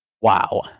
Wow